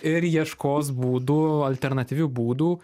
ir ieškos būdų alternatyvių būdų